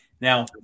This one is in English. Now